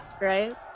right